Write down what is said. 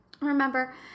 Remember